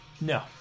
No